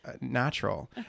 natural